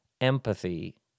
empathy